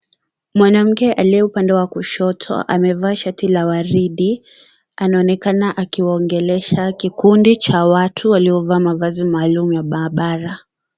Mwanamke aliye upande wa kushoto amevaa shati la waridi anaonekana akiwaongelesha kikundi cha watu waliovaa mavazi maalum ya maabara.